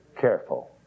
careful